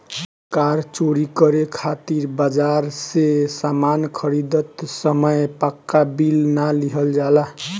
कार चोरी करे खातिर बाजार से सामान खरीदत समय पाक्का बिल ना लिहल जाला